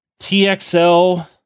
txl